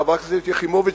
חברת הכנסת יחימוביץ,